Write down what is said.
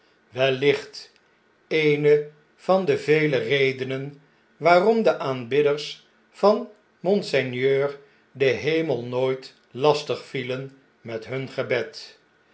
wellicht eene van de vele redenen waarom de aanbidders van monseigneur den hemel nooit lastig vielen met hun gebed